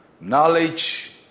Knowledge